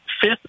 fifth